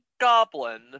Goblin